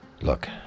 Look